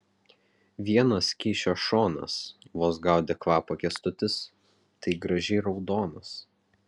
vienas kyšio šonas vos gaudė kvapą kęstutis tai gražiai raudonas